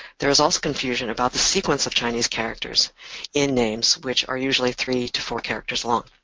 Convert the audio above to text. there's also confusion about the sequence of chinese characters in names which are usually three to four characters long.